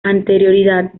anterioridad